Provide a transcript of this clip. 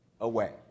away